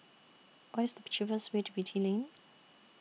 What IS The cheapest Way to Beatty Lane